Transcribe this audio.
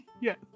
Yes